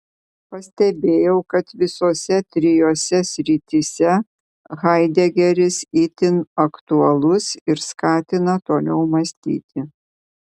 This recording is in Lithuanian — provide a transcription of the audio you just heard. pastebėjau kad visose trijose srityse haidegeris itin aktualus ir skatina toliau mąstyti